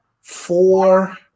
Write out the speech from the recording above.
four